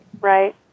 Right